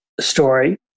Story